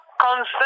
constant